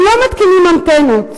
הם לא מתקינים אנטנות.